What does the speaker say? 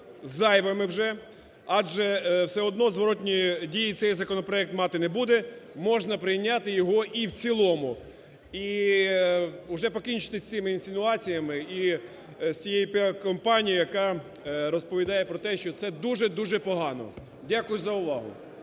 зайвими вже, адже все одно зворотної дії цей законопроект мати не буде, можна прийняти його і в цілому, і уже покінчити з цими інсинуаціями, і з цією піар-кампанією, яка розповідає про те, що це дуже і дуже погано. Дякую за увагу.